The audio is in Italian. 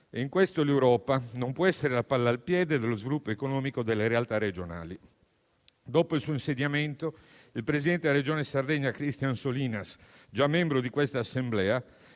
In questo l'Europa non può essere la palla al piede dello sviluppo economico delle realtà regionali. Dopo il suo insediamento, il presidente della Regione Sardegna Christian Solinas, già membro di questa Assemblea,